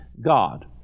God